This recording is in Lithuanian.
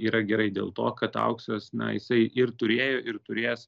yra gerai dėl to kad auksas na jisai ir turėjo ir turės